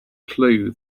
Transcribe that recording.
clue